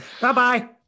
Bye-bye